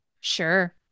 Sure